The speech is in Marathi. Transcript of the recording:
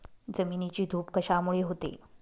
जमिनीची धूप कशामुळे होते?